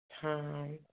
time